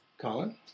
Colin